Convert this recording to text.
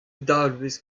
dalvez